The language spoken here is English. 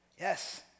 Yes